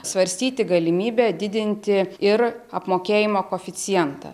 svarstyti galimybę didinti ir apmokėjimo koeficientą